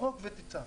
פרוק ותיסע.